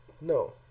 No